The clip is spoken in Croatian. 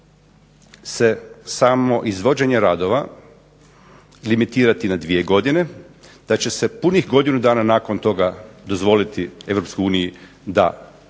se samo izvođenje radova limitirati na dvije godine, da će se punih godinu dana nakon toga dozvoliti Europskoj